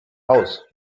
haus